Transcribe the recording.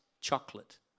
chocolate